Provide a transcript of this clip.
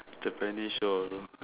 Japanese show also